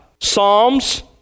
Psalms